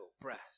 breath